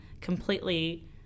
completely